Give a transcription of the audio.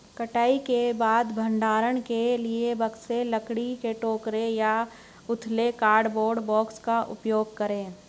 कटाई के बाद भंडारण के लिए बक्से, लकड़ी के टोकरे या उथले कार्डबोर्ड बॉक्स का उपयोग करे